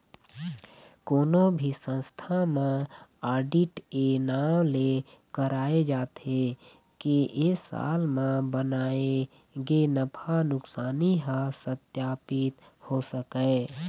कोनो भी संस्था म आडिट ए नांव ले कराए जाथे के ए साल म बनाए गे नफा नुकसानी ह सत्पापित हो सकय